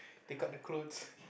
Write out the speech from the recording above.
take out the clothes